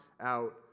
out